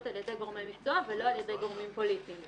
על ידי גורמי מקצוע ולא על ידי גורמים פוליטיים.